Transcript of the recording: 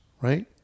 right